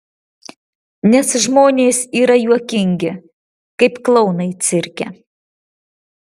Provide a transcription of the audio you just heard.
nes žmonės yra juokingi kaip klounai cirke